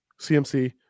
CMC